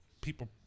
people